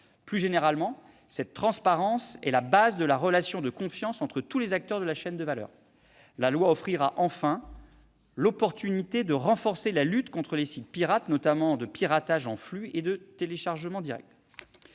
Plus généralement, cette transparence est la base de la relation de confiance entre tous les acteurs de la chaîne de valeur. La loi offrira enfin l'occasion de renforcer la lutte contre les sites pirates, notamment de piratage « en flux » et de téléchargement direct.